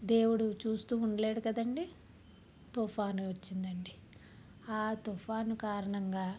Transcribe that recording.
దేవుడు చూస్తూ ఉండలేడు కదండి తుఫానొచ్చిందండి ఆ తుఫాన్ కారణంగా